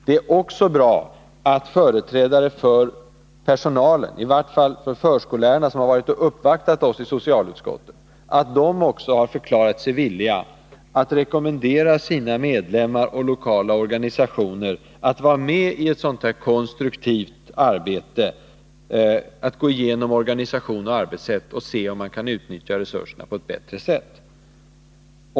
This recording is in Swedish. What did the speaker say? Det är också bra att företrädare för personalen — i vart fall för förskollärarna, som uppvaktat oss i socialutskottet — har förklarat sig villiga att rekommendera sina medlemmar och lokala organisationer att vara medi ett konstruktivt arbete, att gå igenom organisation och arbetssätt och se om man kan utnyttja resurserna på ett bättre sätt.